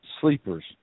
sleepers